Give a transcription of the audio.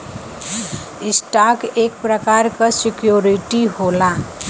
stock एक प्रकार क सिक्योरिटी होला